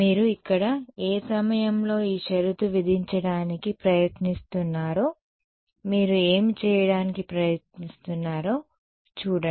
మీరు ఇక్కడ ఏ సమయంలో ఈ షరతు విధించడానికి ప్రయత్నిస్తున్నారో మీరు ఏమి చేయడానికి ప్రయత్నిస్తున్నారో చూడండి